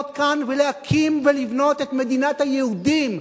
כאן ולהקים ולבנות את מדינת היהודים.